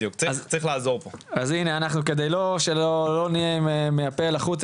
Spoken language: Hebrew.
כדי שלא נהיה מהפה אל החוץ,